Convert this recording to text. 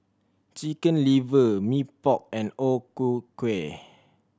Chicken Liver Mee Pok and O Ku Kueh